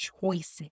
choices